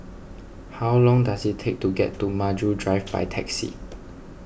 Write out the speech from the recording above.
how long does it take to get to Maju Drive by taxi